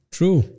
True